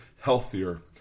healthier